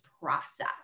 process